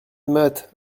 motte